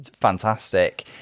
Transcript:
fantastic